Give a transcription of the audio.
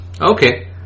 Okay